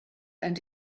and